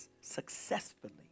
successfully